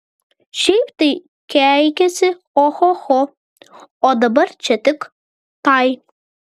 šiaip tai keikiasi ohoho o dabar čia tik tai